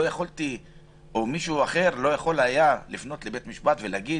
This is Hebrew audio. אז לא יכולתי לפנות לבית המשפט ולהגיד